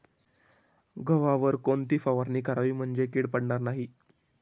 गव्हावर कोणती फवारणी करावी म्हणजे कीड पडणार नाही?